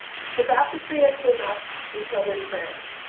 the baptistery at venasque in southern france.